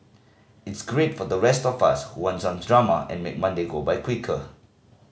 it's great for the rest of us who want some drama to make Monday go by quicker